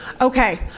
Okay